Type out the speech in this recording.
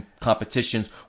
competitions